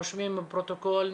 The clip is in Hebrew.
רושמים פרוטוקול,